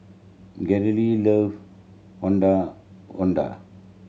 love Ondeh Ondeh